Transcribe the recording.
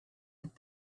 have